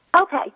Okay